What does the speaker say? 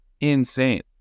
insane